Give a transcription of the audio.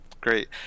great